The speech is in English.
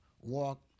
walk